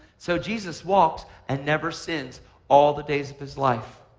so jesus walked and never sinned all the days of his life.